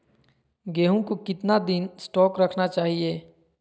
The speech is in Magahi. गेंहू को कितना दिन स्टोक रखना चाइए?